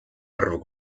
arv